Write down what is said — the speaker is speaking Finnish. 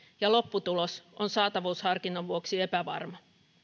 ja lopputulos on saatavuusharkinnan vuoksi epävarma